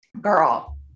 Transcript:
girl